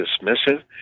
dismissive